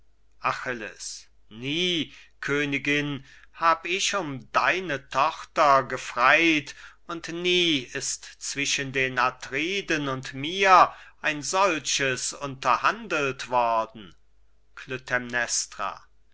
achilles nie königin hab ich um deine tochter gefreit und nie ist zwischen den atriden und mir ein solches unterhandelt worden